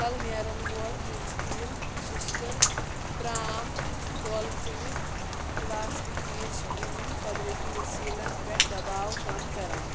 تَل نیرَن وول میٚژِ تیٖل شٮ۪شتٕر ترٛام کولہٕ ژِنہِ پٕلاسٹِک چیٖز چھِ یِمَن قۄدرٔتی ؤسیٖلَن پٮ۪ٹھ دَباو کَم کَران